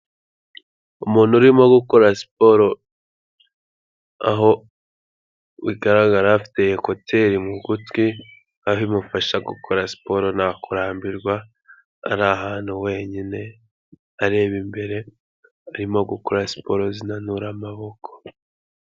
Umuntu urimo gukora siporo, aho bigaragara afite ekuteri mu gutwi bikaba bimufasha gukora siporo nta kurambirwa, ari ahantu wenyine areba imbere, arimo gukora siporo zinanura amaboko.